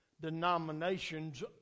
denominations